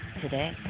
today